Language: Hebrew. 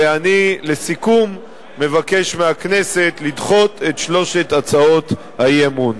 ולסיכום אני מבקש מהכנסת לדחות את שלוש הצעות האי-אמון.